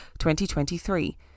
2023